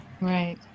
Right